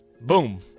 Boom